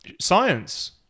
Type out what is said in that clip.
Science